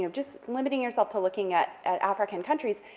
um just limiting yourself to looking at at african countries,